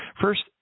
First